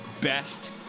best